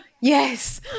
yes